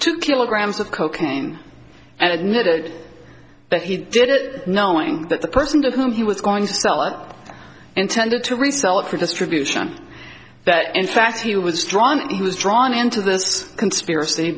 two kilograms of cocaine and admitted that he did it knowing that the person to whom he was going to sell intended to resell it for distribution that in fact he was drawn and he was drawn into this conspiracy